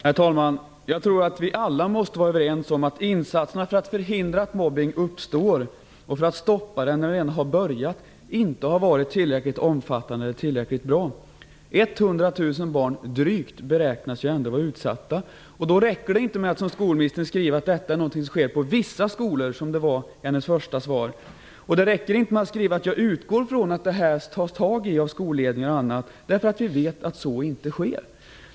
Herr talman! Jag tror att vi alla måste vara överens om att insatserna för att förhindra att mobbning uppstår och för att stoppa den när den har börjat inte varit tillräckligt omfattande eller tillräckligt bra. Drygt 100 000 barn beräknas vara utsatta. Då räcker det inte att som skolministern skriva att detta är något som sker på "vissa skolor", som det stod i hennes första svar. Det räcker inte med att skriva "jag utgår ifrån" att skolledningar och andra vuxna tar tag i detta. Vi vet att så inte sker.